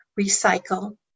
recycle